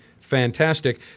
fantastic